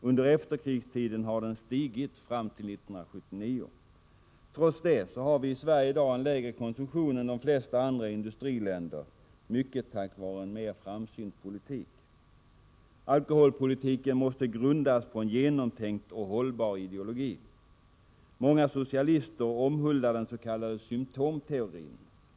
Under efterkrigstiden har den stigit fram till 1979. Trots det har vi i Sverige i dag en lägre konsumtion än i de flesta andra industriländer, mycket tack vare en mer framsynt politik. Alkoholpolitiken måste grundas på en genomtänkt och hållbar ideologi. Många socialister omhuldar den s.k. symptomteorin.